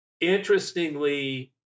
interestingly